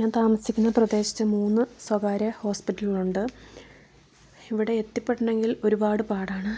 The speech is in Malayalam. ഞാൻ താമസിക്കുന്ന പ്രദേശത്ത് മൂന്ന് സ്വകാര്യ ഹോസ്പിറ്റലുകളുണ്ട് ഇവിടെ എത്തിപ്പെടണമെങ്കിൽ ഒരുപാട് പാടാണ്